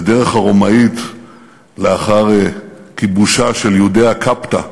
בדרך הרומאית לאחר כיבושה של "יודיאה קפטה",